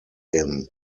inn